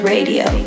Radio